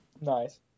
Nice